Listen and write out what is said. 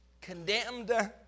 condemned